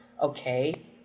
okay